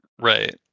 Right